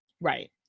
Right